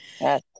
Yes